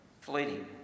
fleeting